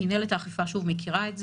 מינהלת האכיפה מכירה את זה,